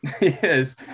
Yes